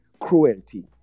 cruelty